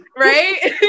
Right